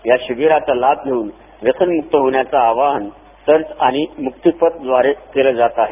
या शिबिराचा लाभ घेऊन व्यसनमुक्त होण्याचं आवाहन सर्च आणि मुक्तिपथद्वारे केलं जात आहे